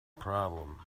problem